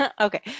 Okay